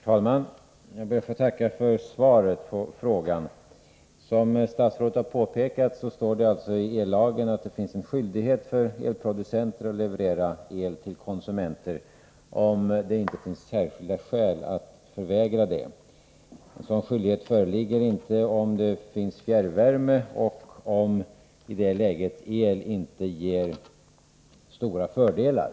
Herr talman! Jag ber att få tacka för svaret på min fråga. Som statsrådet har påpekat står det i ellagen att det finns en skyldighet för elproducenten att leverera el till konsumenter, om det inte finns särskilda skäl att förvägra dem det. Sådan skyldighet föreligger inte om det finns fjärrvärme och om elanvändning i det läget inte ger stora fördelar.